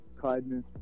kindness